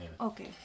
okay